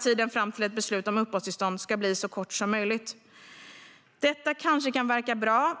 tiden fram till ett beslut om uppehållstillstånd ska bli så kort som möjligt. Detta kan kanske verka bra.